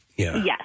Yes